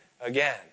again